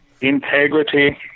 Integrity